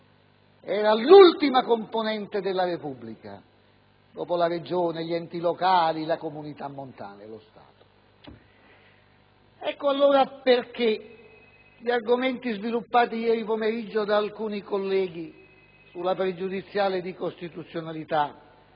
era l'ultima componente della Repubblica, dopo la Regione, gli enti locali e le Comunità montane. Ecco perché gli argomenti sviluppati ieri pomeriggio da alcuni colleghi sulla pregiudiziale di costituzionalità,